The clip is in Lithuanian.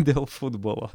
dėl futbolo